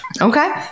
Okay